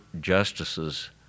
justices